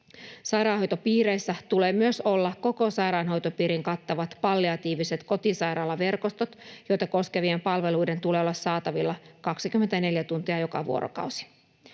Sairaanhoitopiireissä tulee myös olla koko sairaanhoitopiirin kattavat palliatiiviset kotisairaalaverkostot, joita koskevien palveluiden tulee olla saatavilla 24 tuntia joka vuorokausi.